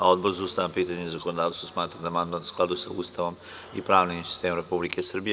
Odbor za ustavna pitanja i zakonodavstvo smatra da je amandman u skladu sa Ustavom i pravnim sistemom Republike Srbije.